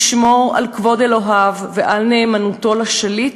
ישמור על כבוד אלוהיו ועל נאמנותו לשליט,